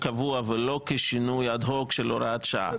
קבוע ולא כשינוי אד-הוק של הוראת שעה.